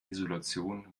isolation